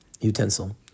utensil